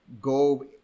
go